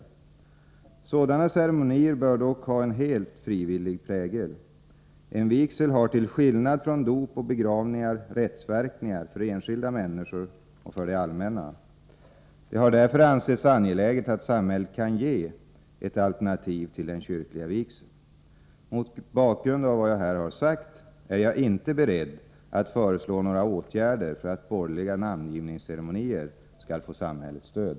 Sådana ceremonier bör dock ha en helt frivillig prägel. En vigsel har till skillnad från dop och begravningar rättsverkningar för enskilda människor och för det allmänna. Det har därför ansetts angeläget att samhället kan ge ett alternativ till den kyrkliga vigseln. Mot bakgrund av vad jag här har sagt är jag inte beredd att föreslå några åtgärder för att borgerliga namngivningsceremonier skall få samhällets stöd.